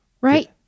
right